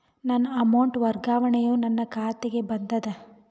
ನನ್ನ ಅಮೌಂಟ್ ವರ್ಗಾವಣೆಯು ನನ್ನ ಖಾತೆಗೆ ಬಂದದ